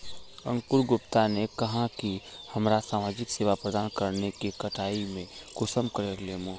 अंकूर गुप्ता ने कहाँ की हमरा समाजिक सेवा प्रदान करने के कटाई में कुंसम करे लेमु?